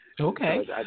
Okay